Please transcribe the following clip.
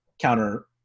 counter